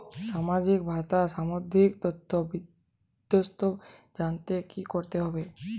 সামাজিক ভাতা সম্বন্ধীয় তথ্য বিষদভাবে জানতে কী করতে হবে?